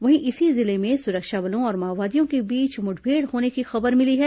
वहीं इसी जिले में सुरक्षा बलों और माओवादियों के बीच मुठभेड़ होने की खबर मिली है